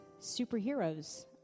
superheroes